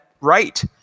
right